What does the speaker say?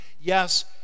yes